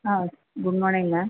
ah good morning ma'am